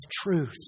truth